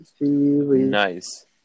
Nice